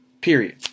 period